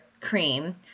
cream